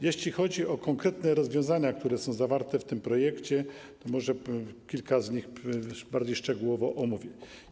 Jeśli chodzi o konkretne rozwiązania, które są zawarte w tym projekcie, kilka z nich bardziej szczegółowo omówię.